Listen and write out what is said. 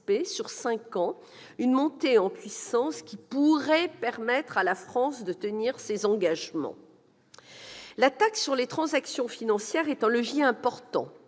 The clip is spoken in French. sur cinq ans, une montée en puissance qui pourrait permettre à la France de tenir ses engagements. La taxe sur les transactions financières est un levier important.